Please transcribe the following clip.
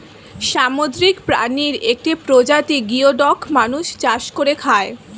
সামুদ্রিক প্রাণীর একটি প্রজাতি গিওডক মানুষ চাষ করে খায়